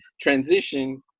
transition